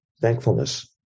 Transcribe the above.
thankfulness